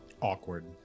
Awkward